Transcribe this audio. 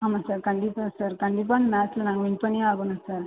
ஆமாம் சார் கண்டிப்பாக சார் கண்டிப்பாக இந்த மேட்ச்ல நாங்கள் வின் பண்ணியே ஆகணும் சார்